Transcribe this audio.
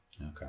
Okay